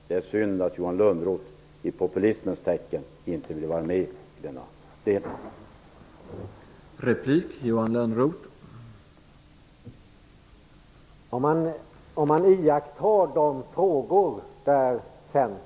Det är synd att Johan Lönnroth i populismens tecken inte vill vara med i denna del.